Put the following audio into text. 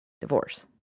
divorce